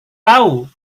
tahu